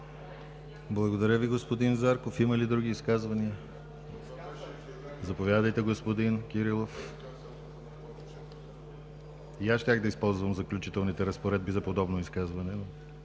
Благодаря Ви, господин Зарков. Има ли други изказвания? Заповядайте, господин Кирилов. И аз щях да използвам Заключителните разпоредби за подобно изказване,